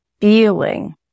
feeling